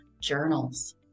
journals